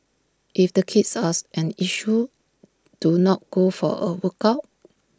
if the kids are an issue to not go for A workout